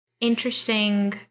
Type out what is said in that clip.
interesting